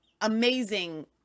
amazing